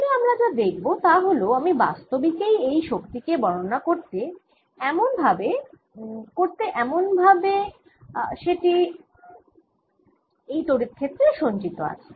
আসলে আমরা যা দেখব তা হল আমি বাস্তবিকেই এই শক্তি কে বর্ণনা করতে এমন ভাবে যে সেটি এই তড়িৎ ক্ষেত্রে সঞ্চিত আছে